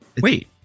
Wait